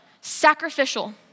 sacrificial